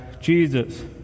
Jesus